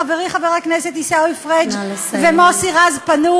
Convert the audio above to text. חברי חבר הכנסת עיסאווי פריג' ומוסי רז פנו